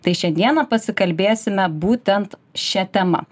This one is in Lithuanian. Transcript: tai šiandieną pasikalbėsime būtent šia tema